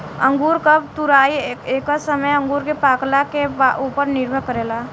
अंगूर कब तुराई एकर समय अंगूर के पाकला के उपर निर्भर करेला